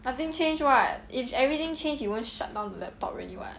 nothing change [what] if everything change he won't shut down the laptop already [what]